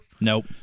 Nope